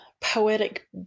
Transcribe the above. poetic